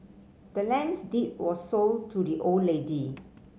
the land's deed was sold to the old lady